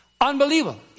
unbelievable